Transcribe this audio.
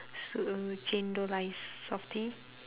so~ chendol ice Softee